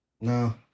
No